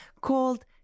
called